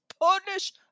punish